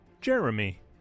Jeremy